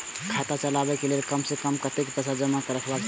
खाता चलावै कै लैल कम से कम कतेक पैसा जमा रखवा चाहि